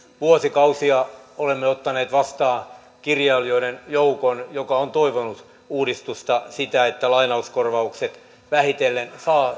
vuosikausia olemme ottaneet vastaan kirjailijoiden joukon joka on toivonut uudistusta sitä että lainauskorvaukset vähitellen